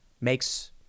makes